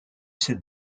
cette